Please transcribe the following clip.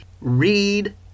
read